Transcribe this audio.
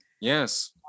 Yes